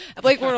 Blake